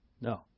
No